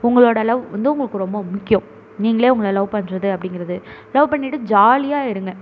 உங்களோடய லவ் வந்து உங்களுக்கு ரொம்ப முக்கியம் நீங்களே உங்களை லவ் பண்ணுறது அப்படிங்கிறது லவ் பண்ணிட்டு ஜாலியாக இருங்கள்